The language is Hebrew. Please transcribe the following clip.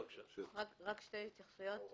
רק שתי התייחסויות.